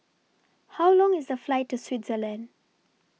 How Long IS The Flight to Switzerland